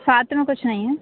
सात में कुछ नहीं है